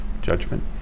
judgment